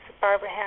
Barbara